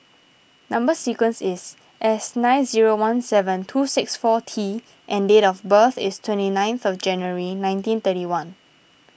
Number Sequence is S nine zero one seven two six four T and date of birth is twenty ninth January nineteen thirty one